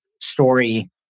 story